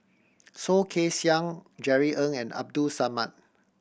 Soh Kay Siang Jerry Ng and Abdul Samad